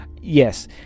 Yes